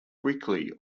quickly